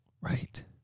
Right